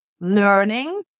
learning